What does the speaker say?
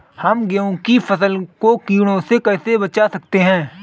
हम गेहूँ की फसल को कीड़ों से कैसे बचा सकते हैं?